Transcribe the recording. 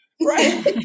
right